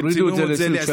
הורידו את זה ל-23.